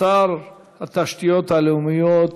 שר התשתיות הלאומיות,